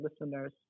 listeners